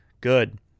good